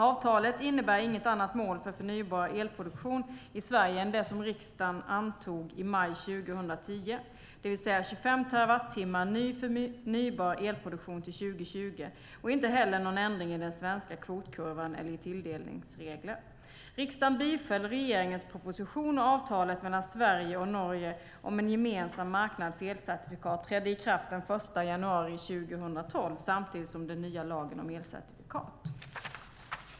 Avtalet innebär inget annat mål för förnybar elproduktion i Sverige än det som riksdagen antog i maj 2010, det vill säga 25 terawattimmar ny förnybar elproduktion till 2020, och inte heller någon ändring i den svenska kvotkurvan eller i tilldelningsregler. Riksdagen biföll regeringens proposition, och avtalet mellan Sverige och Norge om en gemensam marknad för elcertifikat trädde i kraft den 1 januari 2012, samtidigt som den nya lagen om elcertifikat.